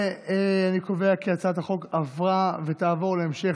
ואני קובע כי הצעת החוק עברה ותעבור להמשך